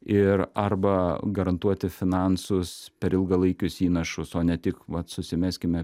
ir arba garantuoti finansus per ilgalaikius įnašus o ne tik vat susimeskime